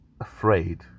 afraid